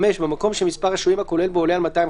(5)במקום שמספר השוהים הכולל בו עולה על 250 אנשים,